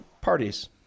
parties